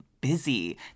busy